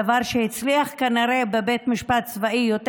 דבר שהצליח כנראה בבית משפט צבאי יותר